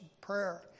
prayer